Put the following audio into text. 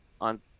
on